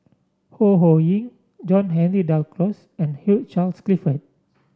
Ho Ho Ying John Henry Duclos and Hugh Charles Clifford